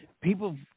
People